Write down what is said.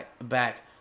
back